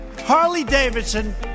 Harley-Davidson